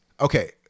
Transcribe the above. okay